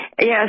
Yes